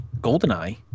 Goldeneye